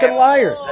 liar